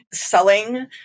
selling